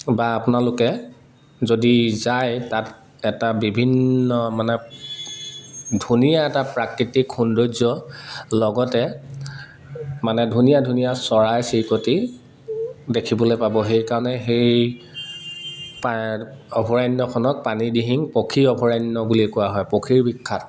বা আপোনালোকে যদি যায় তাত এটা বিভিন্ন মানে ধুনীয়া এটা প্ৰাকৃতিক সৌন্দৰ্য লগতে মানে ধুনীয়া ধুনীয়া চৰাই চিৰিকটি দেখিবলৈ পাব সেইকাৰণে সেই অভয়াৰণ্যখনক পানী দিহিং পক্ষী অভয়াৰণ্য বুলি কোৱা হয় পক্ষী বিখ্যাত